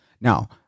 Now